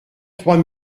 trois